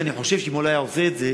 ואני חושב שאם הוא לא היה עושה את זה,